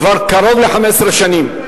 כבר קרוב ל-15 שנים,